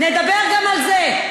נדבר גם על זה.